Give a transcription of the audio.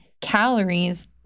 calories